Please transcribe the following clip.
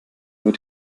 über